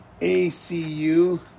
ACU